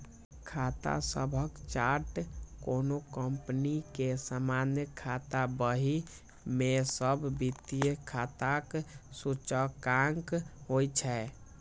खाता सभक चार्ट कोनो कंपनी के सामान्य खाता बही मे सब वित्तीय खाताक सूचकांक होइ छै